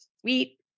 sweet